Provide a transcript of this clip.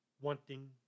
wanting